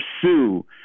pursue